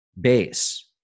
base